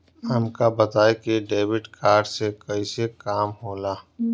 हमका बताई कि डेबिट कार्ड से कईसे काम होला?